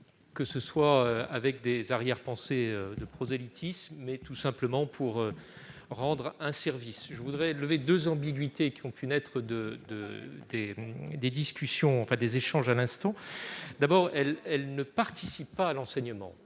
que ce soit avec des arrière-pensées prosélytes, mais tout simplement pour rendre service. Je voudrais lever deux ambiguïtés qui ont pu naître de nos échanges. Premièrement, ces accompagnatrices ne participent ni à l'enseignement